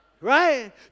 right